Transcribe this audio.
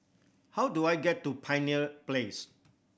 how do I get to Pioneer Place